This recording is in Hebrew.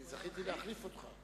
אני זכיתי להחליף אותך.